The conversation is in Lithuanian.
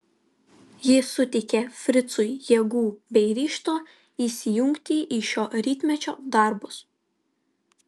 ji suteikė fricui jėgų bei ryžto įsijungti į šio rytmečio darbus